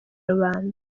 rubanda